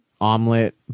omelet